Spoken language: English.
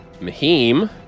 Mahim